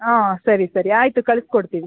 ಹಾಂ ಸರಿ ಸರಿ ಆಯಿತು ಕಳ್ಸಿ ಕೊಡ್ತೀವಿ